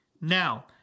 Now